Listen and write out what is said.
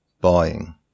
buying